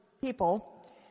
people